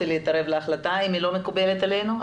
להתערב בהחלטה אם היא לא מקובלת עלינו?